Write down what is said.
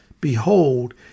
Behold